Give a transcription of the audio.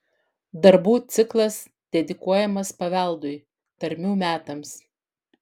darbų ciklas dedikuojamas paveldui tarmių metams